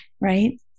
right